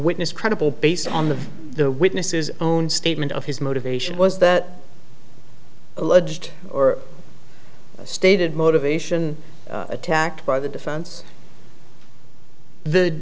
witness credible based on the the witnesses own statement of his motivation was that alleged or stated motivation attacked by the the defense